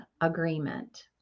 agreement